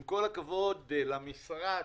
עם כל הכבוד למשרד,